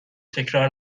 تکرار